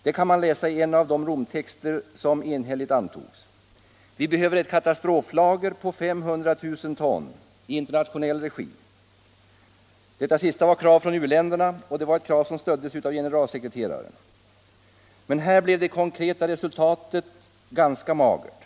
Det kan man läsa i en av de Romtexter som enhälligt antogs. Vi behöver ett katastroflager på 500 000 ton i inter nationell regi. Det var ett krav från u-länerna som stöddes av general Nr 142 sekreteraren. Men här blev det konkreta resultatet ganska magert.